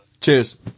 cheers